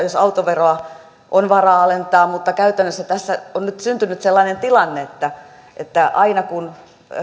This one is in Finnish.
jos autoveroa on vara alentaa mutta käytännössä tässä on nyt syntynyt sellainen tilanne että että aina kun